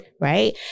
right